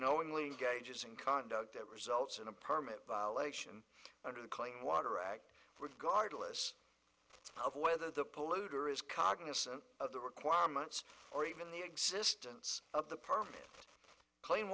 knowingly gauges in conduct that results in a permanent violation under the clean water act regardless of whether the polluter is cognizant of the requirements or even the existence of the permit clean